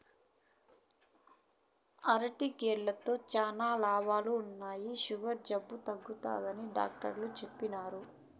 అరికెలతో శానా లాభాలుండాయి, సుగర్ జబ్బు తగ్గుతాదని డాట్టరు చెప్పిన్నారు